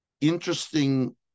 Interesting